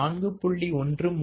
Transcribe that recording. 136 or 12